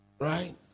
Right